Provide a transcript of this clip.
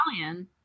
Italian